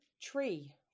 Tree